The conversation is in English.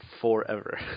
forever